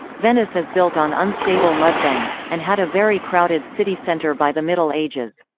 venice is built on unstable mud-banks, and had a very crowded city centre by the middle ages.